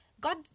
God